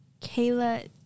Kayla